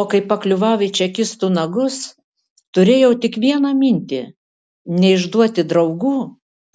o kai pakliuvau į čekistų nagus turėjau tik vieną mintį neišduoti draugų